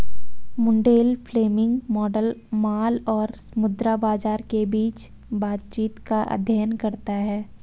Mundell Fleming model माल और मुद्रा बाजार के बीच बातचीत का अध्ययन करता है